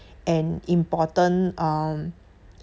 and important um